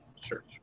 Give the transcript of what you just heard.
Sure